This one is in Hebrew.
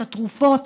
את התרופות,